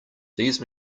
these